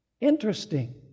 interesting